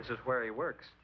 this is where he works